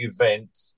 event